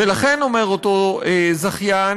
ולכן, אומר אותו זכיין: